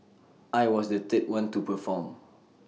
I was the third one to perform